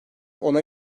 onay